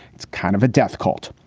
it's kind of a death cult.